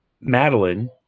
Madeline